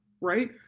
right